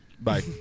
Bye